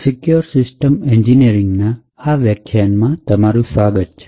secure system એન્જિનિયરિંગના આ વ્યાખ્યાનમાં તમારું સ્વાગત છે